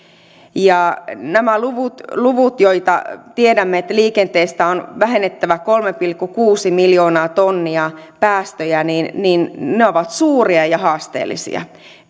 nämä luvut luvut joista tiedämme että liikenteestä on vähennettävä kolme pilkku kuusi miljoonaa tonnia päästöjä ovat suuria ja haasteellisia